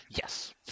Yes